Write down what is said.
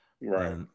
right